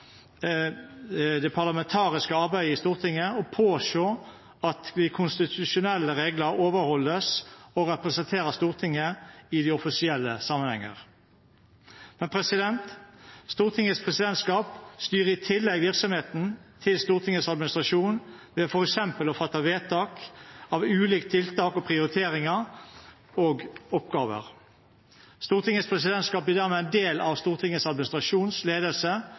det parlamentariske arbeidet i Stortinget, påse at de konstitusjonelle regler overholdes, og representere Stortinget i offisielle sammenhenger. Men Stortingets presidentskap styrer i tillegg virksomheten til Stortingets administrasjon ved f.eks. å fatte vedtak om ulike tiltak og prioriteringer og oppgaver. Stortingets presidentskap er dermed en del av Stortingets administrative ledelse